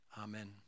Amen